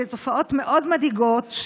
אלה תופעות מאוד מדאיגות,